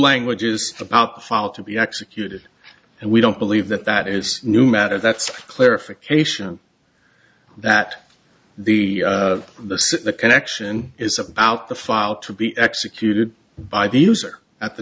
language is about file to be executed and we don't believe that that is new matter that's clarification that the the connection is about the file to be executed by the user at the